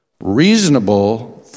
reasonable